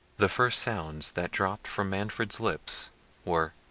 the first sounds that dropped from manfred's lips were,